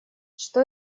что